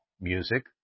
Music